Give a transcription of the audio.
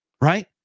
Right